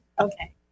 Okay